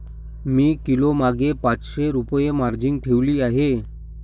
मी किलोमागे पाचशे रुपये मार्जिन ठेवली आहे